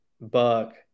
buck